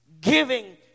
giving